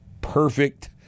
perfect